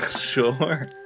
sure